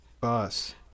Boss